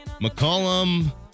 McCollum